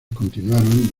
continuaron